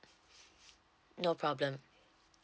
no problem